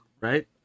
right